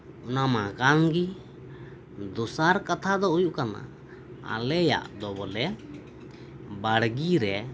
ᱚᱱᱟ ᱢᱟ ᱠᱟᱱ ᱜᱮ ᱫᱚᱥᱟᱨ ᱠᱟᱛᱷᱟ ᱫᱚ ᱦᱩᱭᱩᱜ ᱠᱟᱱᱟ ᱟᱞᱮᱭᱟᱜ ᱫᱚ ᱵᱚᱞᱮ ᱵᱟᱲᱜᱮᱨᱮ